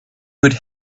would